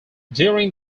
during